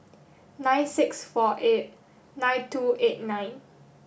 nine six four eight nine two eight nine